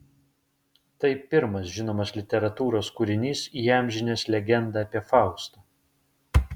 tai pirmas žinomas literatūros kūrinys įamžinęs legendą apie faustą